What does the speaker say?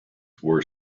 were